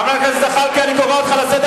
חבר הכנסת זחאלקה, אני מבקש ממך לשמור על השקט.